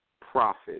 Profit